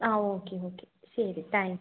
ആ okay okay ശരി thank you